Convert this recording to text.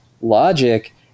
logic